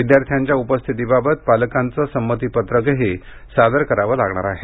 विद्यार्थ्यांच्या उपस्थितीबाबत पालकांचं संमतीपत्रकही सादर करावं लागणार आहे